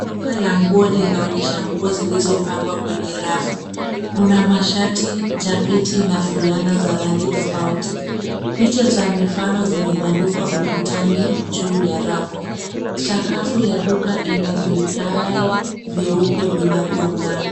Duka la nguo linaonyesha nguo zilizopangwa kwenye rafu. Kuna mashati, jaketi na fulana za rangi tofauti. Picha za mifano zimebandikwa ukutani juu ya rafu. Sakafu ya duka ina vigae vyeupe vinavyong'aa.